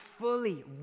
fully